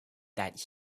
that